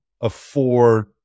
afford